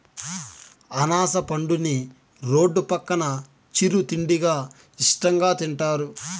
అనాస పండుని రోడ్డు పక్కన చిరు తిండిగా ఇష్టంగా తింటారు